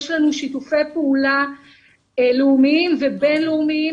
יש לנו שיתופי פעולה לאומיים ובינלאומיים